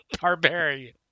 barbarian